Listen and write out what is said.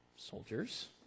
Soldiers